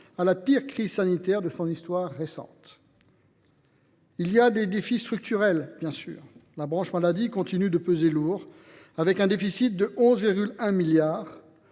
à la pire crise sanitaire de son histoire récente. Il y a des défis structurels, bien sûr. La branche maladie continue de peser lourd avec un déficit de 11,1 milliards